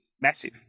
massive